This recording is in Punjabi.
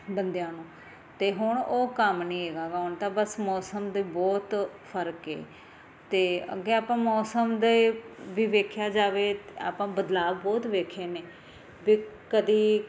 ਬੰਦਿਆਂ ਨੂੰ ਅਤੇ ਹੁਣ ਉਹ ਕੰਮ ਨਹੀਂ ਹੈਗਾ ਹੁਣ ਤਾਂ ਬਸ ਮੌਸਮ ਦੇ ਬਹੁਤ ਫ਼ਰਕ ਹੈ ਅਤੇ ਅੱਗੇ ਆਪਾਂ ਮੌਸਮ ਦੇ ਵੀ ਵੇਖਿਆ ਜਾਵੇ ਤਾਂ ਆਪਾਂ ਬਦਲਾਵ ਬਹੁਤ ਵੇਖੇ ਨੇ ਵੀ ਕਦੀ